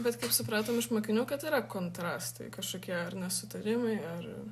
bet kaip supratom iš mokinių kad yra kontrastai kažkokie ar nesutarimai ar